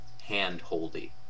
hand-holdy